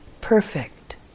perfect